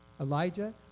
Elijah